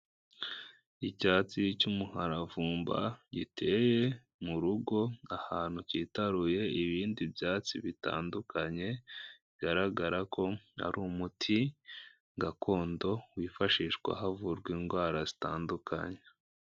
Icyatsi cy'umuharavumba giteye mu rugo ahantu kitaruye ibindi byatsi bitandukanye, bigaragara ko ari umuti gakondo, wifashishwa havurwa indwara zitandukanye.